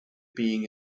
being